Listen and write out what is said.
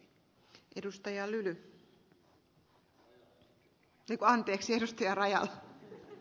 siihen on tosin hallitus satsannu kiitettävästi